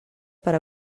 per